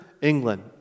England